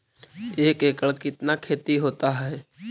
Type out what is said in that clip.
एक एकड़ कितना खेति होता है?